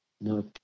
no